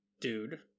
dude